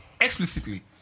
explicitly